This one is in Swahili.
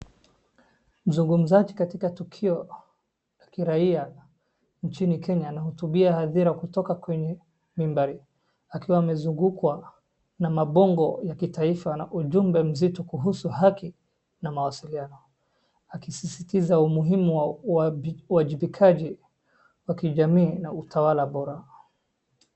Mzungumzaji katika tukio la kiraia nchini Kenya anahutubia hadhira kutoka kwenye mibari akiwa amezungukwa na mabongo ya kitaifa na ujumbe mzito kuhusu haki na mawasiliano akisisitiza umuhimu wa uwajibikaji wa kijamii na utawala bora.